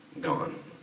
gone